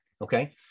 okay